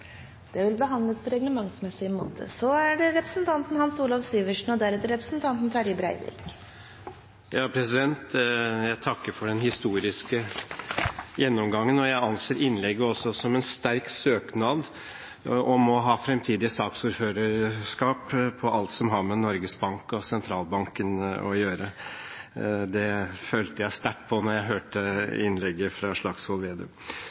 Jeg takker for den historiske gjennomgangen, og jeg anser innlegget også som en sterk søknad om å ha fremtidig saksordførerskap på alt som har med Norges Bank og Sentralbanken å gjøre! Det følte jeg sterkt på da jeg hørte innlegget fra Slagsvold Vedum.